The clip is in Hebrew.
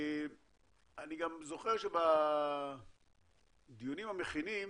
אני גם זוכר שבדיונים המכינים